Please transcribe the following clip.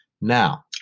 Now